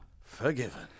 forgiven